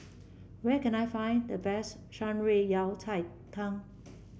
where can I find the best Shan Rui Yao Cai Tang